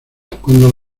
cuándo